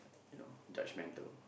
you know judgmental